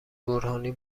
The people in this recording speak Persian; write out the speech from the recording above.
برهانی